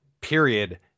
period